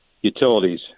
utilities